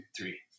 three